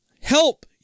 Help